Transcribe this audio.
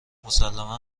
مسلما